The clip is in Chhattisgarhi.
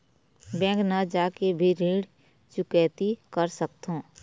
बैंक न जाके भी ऋण चुकैती कर सकथों?